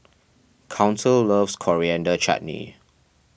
Council loves Coriander Chutney